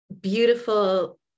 beautiful